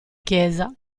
chiesa